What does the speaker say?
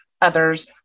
others